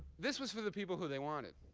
this was for the people who they wanted.